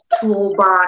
toolbox